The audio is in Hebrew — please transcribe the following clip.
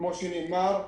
כמו שנאמר,